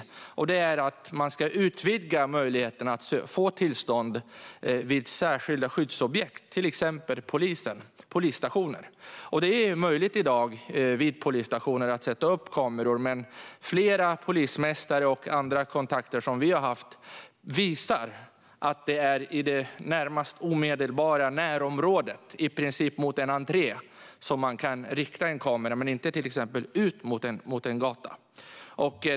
Det handlar om att man ska utvidga möjligheterna att få tillstånd vid särskilda skyddsobjekt, till exempel vid polisstationer. Det är möjligt i dag att sätta upp kameror, men enligt flera polismästare och de kontakter som vi har haft är det vid det närmaste omedelbara närområdet - i princip mot en entré - som man kan rikta en kamera, men man kan inte rikta den ut mot en gata.